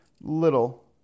little